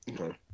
Okay